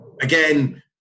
Again